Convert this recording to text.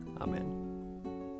Amen